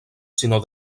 sinó